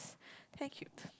thank you